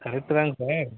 correct தான்ங்க sir